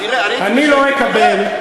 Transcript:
אני לא אקבל,